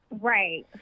Right